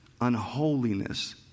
unholiness